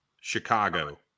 Chicago